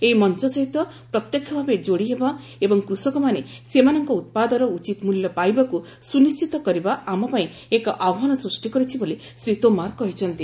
ଏହି ମଞ୍ଚ ସହିତ ପ୍ରତ୍ୟକ୍ଷ ଭାବେ ଯୋଡ଼ି ହେବା ଏବଂ କୃଷକମାନେ ସେମାନଙ୍କ ଉତ୍ପାଦର ଉଚିତ ମୂଲ୍ୟ ପାଇବାକୁ ସୁନିଶ୍ଚିତ କରିବା ଆମପାଇଁ ଏକ ଆହ୍ୱାନ ସ୍ଟି କରିଛି ବୋଲି ଶ୍ରୀ ତୋମାର କହିଛନ୍ତି